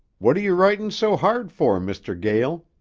what are you writin' so hard for, mr. gael?